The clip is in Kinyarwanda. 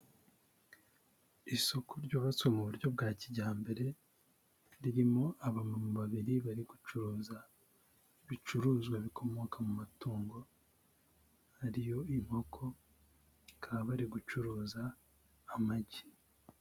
Isoko ryubatswe mu buryo bwa kijyambere, ririmo abamama babiri, bari gucuruza ibicuruzwa bikomoka mu matungo, ariyo inkoko, bakaba bari gucuruza amagi.